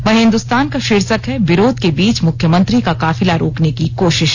वहीं हिन्दुस्तान का शीर्षक है विरोध के बीच मुख्यमंत्री का काफिला रोकने की काशिश